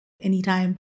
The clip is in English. anytime